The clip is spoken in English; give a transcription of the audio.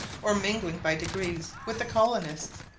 or mingling by degrees with the colonists,